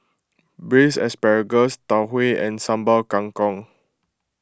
Braised Asparagus Tau Huay and Sambal Kangkong